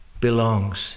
belongs